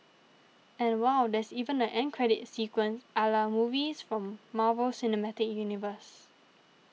and wow there's even an end credit sequence a la movies from Marvel cinematic universe